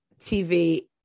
TV